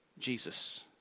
Jesus